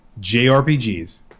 JRPGs